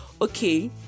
Okay